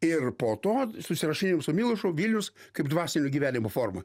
ir po to susirašinėjom su milošu vilnius kaip dvasinio gyvenimo forma